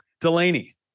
Delaney